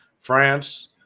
France